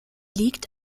liegt